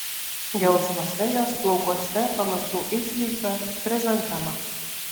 gelsvuose jos plaukuose pamačiau įsmeigtą chrizantemą